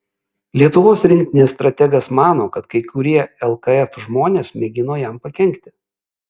lietuvos rinktinės strategas mano kad kai kurie lkf žmonės mėgino jam pakenkti